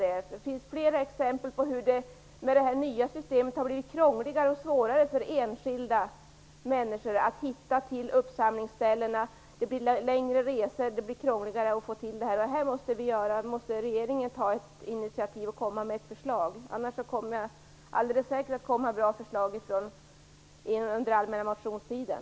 Det finns fler exempel på hur det med det nya systemet kommer att bli krångligare och svårare för enskilda människor att hitta till uppsamlingsställena. Det blir längre resor och krångligare att få till det. Här måste regeringen ta ett initiativ och komma med ett förslag. Annars kommer det alldeles säkert att komma bra förslag under den allmänna motionstiden.